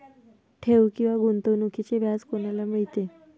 ठेव किंवा गुंतवणूकीचे व्याज कोणाला मिळते?